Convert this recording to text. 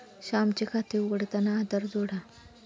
श्यामचे खाते उघडताना आधार जोडा